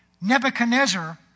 Nebuchadnezzar